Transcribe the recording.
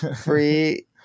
free